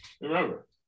remember